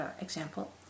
example